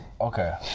Okay